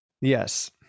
Yes